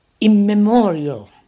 immemorial